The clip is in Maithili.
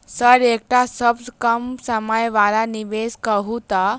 सर एकटा सबसँ कम समय वला निवेश कहु तऽ?